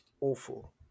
awful